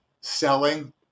selling